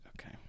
Okay